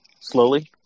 slowly